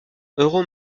euros